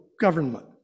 government